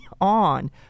on